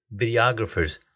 videographers